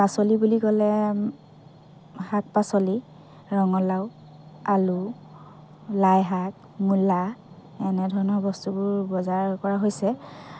পাচলি বুলি ক'লে শাক পাচলি ৰঙালাও আলু লাই শাক মূলা এনেধৰণৰ বস্তুবোৰ বজাৰ কৰা হৈছে